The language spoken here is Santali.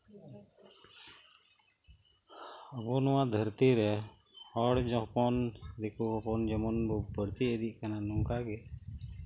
ᱟᱵᱚ ᱱᱚᱣᱟ ᱫᱷᱟᱹᱨᱛᱤ ᱨᱮ ᱦᱚᱲ ᱡᱮᱢᱚᱱ ᱫᱤᱠᱩ ᱠᱚ ᱵᱟ ᱲᱛᱤ ᱤᱫᱤᱜ ᱠᱟᱢᱟ ᱱᱚᱝᱠᱟ ᱜᱮ